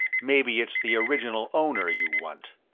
maybe it's the original owner you want.